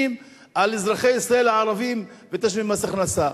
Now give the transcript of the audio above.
על אזרחי ישראל הערבים ותשלום מס הכנסה.